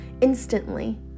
instantly